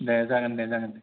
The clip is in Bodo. दे जागोन दे जागोन दे